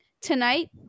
tonight